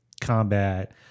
combat